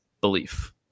belief